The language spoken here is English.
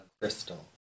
crystal